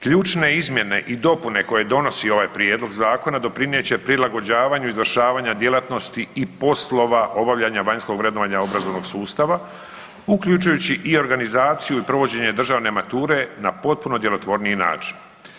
Ključne izmjene i dopune koje donosi ovaj prijedlog zakona doprinijet će prilagođavanju izvršavanja djelatnosti i poslova obavljanja vanjskog vrednovanja obrazovnog sustava, uključujući i organizaciju i provođenje državne mature na potpuno djelotvorniji način.